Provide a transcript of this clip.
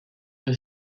sur